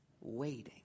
Waiting